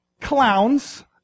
Clowns